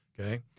okay